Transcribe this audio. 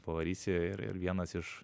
pavarysi ir ir vienas iš